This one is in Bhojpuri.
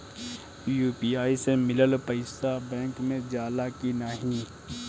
यू.पी.आई से मिलल पईसा बैंक मे जाला की नाहीं?